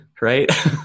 right